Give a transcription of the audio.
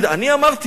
הוא יגיד, אני אמרתי?